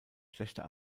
schlechter